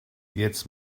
jetzt